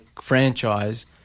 franchise